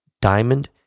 diamond